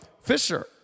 Fisher